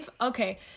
Okay